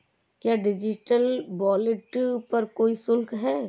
क्या digital wallet पर कोई शुल्क है?